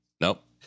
Nope